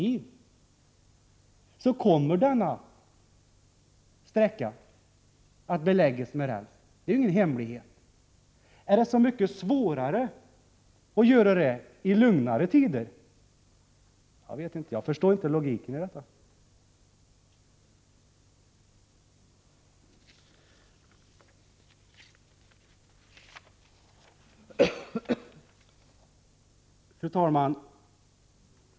Vi vet ju att denna sträcka i en kristid kommer att beläggas med räls — det är ingen hemlighet. Är det så mycket svårare att göra det i lugnare tider? Jag förstår inte logiken i detta resonemang. Fru talman!